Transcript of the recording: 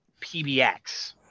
PBX